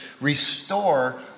restore